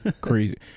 crazy